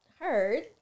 heard